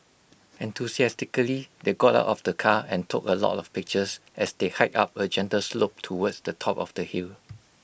enthusiastically they got out of the car and took A lot of pictures as they hiked up A gentle slope towards the top of the hill